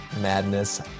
Madness